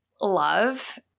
love